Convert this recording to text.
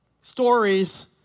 stories